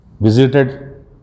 visited